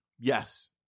Yes